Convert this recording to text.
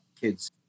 kids